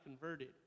converted